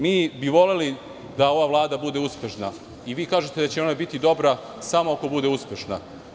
Mi bi voleli da ova vlada bude uspešna i vi kažete da će ona biti dobra samo ako bude uspešna.